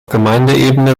gemeindeebene